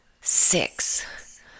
Six